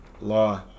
law